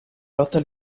lotta